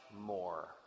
more